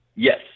Yes